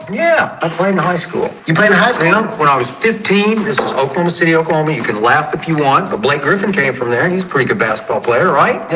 yeah, i played in high school. you played a husband um when i was fifteen this was oklahoma city, oklahoma, you can laugh if you want but blake griffin came from there. and he's pretty good basketball player, right? yeah,